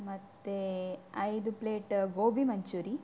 ಮತ್ತು ಐದು ಪ್ಲೇಟ ಗೋಬಿ ಮಂಚೂರಿ